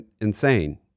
insane